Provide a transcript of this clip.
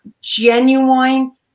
genuine